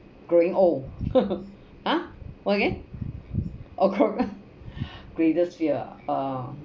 growing old !huh! what again oh greatest fear ah uh